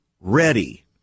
ready